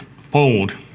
Fold